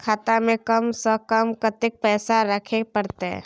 खाता में कम से कम कत्ते पैसा रखे परतै?